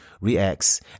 reacts